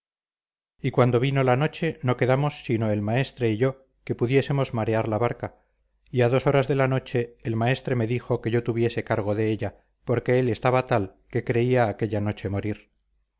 y cuando vino la noche no quedamos sino el maestre y yo que pudiésemos marear la barca y a dos horas de la noche el maestre me dijo que yo tuviese cargo de ella porque él estaba tal que creía aquella noche morir